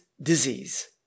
disease